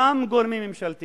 גם של גורמים ממשלתיים,